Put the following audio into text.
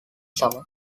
summer